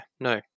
no